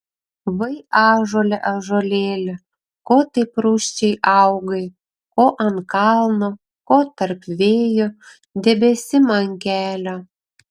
vai ąžuole ąžuolėli ko taip rūsčiai augai ko ant kalno ko tarp vėjų debesim ant kelio